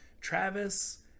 travis